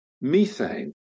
methane